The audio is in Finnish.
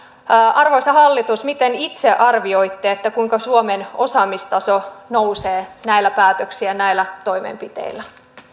arvoisa hallitus miten itse arvioitte kuinka suomen osaamistaso nousee näillä päätöksillä ja näillä toimenpiteillä